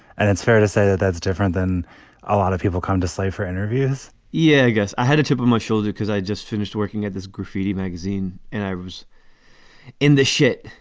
and it's fair to say that that's different than a lot of people come to say for interviews yeah, i guess i had a chip on my shoulder because i just finished working at this graffiti magazine and i was in the shit,